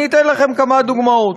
ואני אתן לכם כמה דוגמאות.